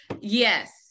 Yes